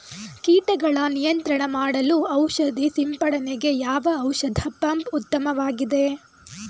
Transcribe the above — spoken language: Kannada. ಕೀಟಗಳ ನಿಯಂತ್ರಣ ಮಾಡಲು ಔಷಧಿ ಸಿಂಪಡಣೆಗೆ ಯಾವ ಔಷಧ ಪಂಪ್ ಉತ್ತಮವಾಗಿದೆ?